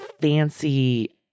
fancy